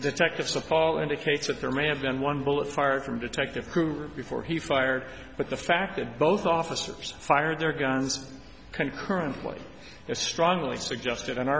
detective supply indicates that there may have been one bullet fired from detective hoover before he fired but the fact that both officers fired their guns concurrently as strongly suggested in our